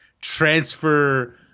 transfer